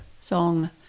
song